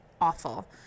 awful